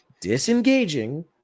disengaging